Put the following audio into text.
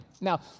Now